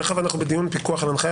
מאחר שאנחנו בדיון פיקוח על ההנחיה,